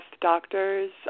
doctors